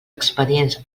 expedients